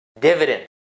Dividend